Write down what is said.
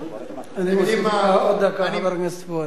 אני מוסיף לך עוד דקה, חבר הכנסת פואד.